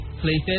places